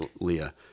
leah